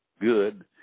good